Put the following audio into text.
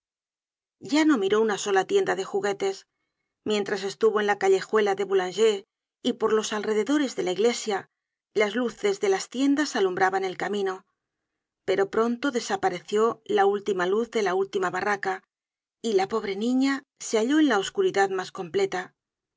ya no miró una sola tienda de juguetes mientras estuvo en la callejuela del boulanger y por los alrededores de la iglesia las luces del las tiendas alumbraban el camino pero pronto desapareció la última luz de la última barraca y la pobre niña se halló en la oscuridad mas completa